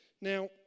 Now